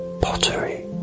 pottery